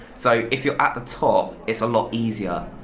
so, if you're at the top it's a lot easier,